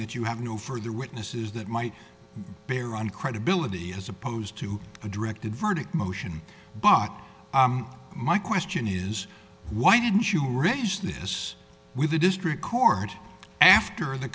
that you have no further witnesses that might bear on credibility as opposed to a directed verdict motion but my question is why didn't you raise this with the district court after the